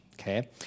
Okay